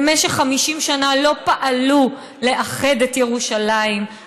במשך 50 שנה לא פעלו לאחד את ירושלים,